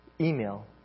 email